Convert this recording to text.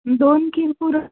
दोन कील पुरो